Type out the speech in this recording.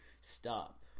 stop